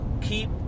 keep